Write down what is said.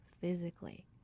physically